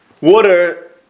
Water